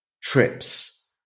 trips